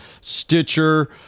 Stitcher